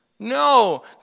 No